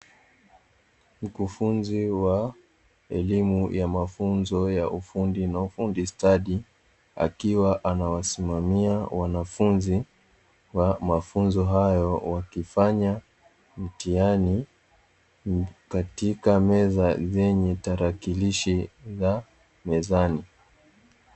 Mkufunzi wa elimu ya mafunzo ya ufundi na ufundi stadi akiwa anawasimamia wanafunzi wa mafunzo hayo, wakifanya mtihani katika meza zenye tarakilishi za mezani.